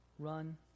Run